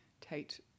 Tate